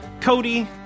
Cody